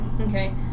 Okay